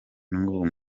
n’ubu